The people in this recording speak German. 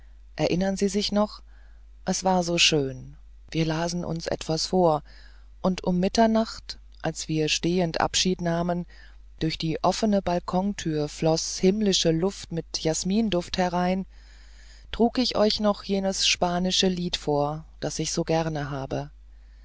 erinnern sie sich noch es war so schön wir lasen uns etwas vor und um mitternacht als wir stehend abschied nahmen durch die offene balkontür floß himmlische luft mit jasminduft herein trug ich euch noch jenes spanische lied vor das ich so gern habe